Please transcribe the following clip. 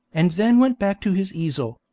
and then went back to his easel,